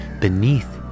beneath